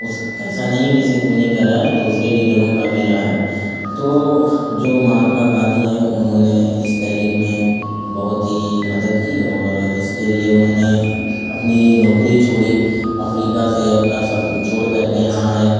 اس ایسا نہیں ہے کہ صرف انہی کا رہا ہے دوسرے لیڈروں کا بھی رہا ہے تو جو مہاتما گاندھی ہیں انہوں نے اس تحریک میں بہت ہی مدد کی اور اس کے لیے انہوں نے اپنی نوکری چھوڑی افریقہ سے اپنا سب کچھ چھوڑ کر کے یہاں آئے